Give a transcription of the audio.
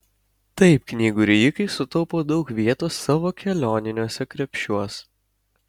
taip knygų rijikai sutaupo daug vietos savo kelioniniuose krepšiuos